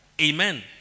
Amen